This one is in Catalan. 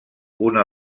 una